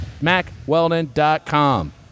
MacWeldon.com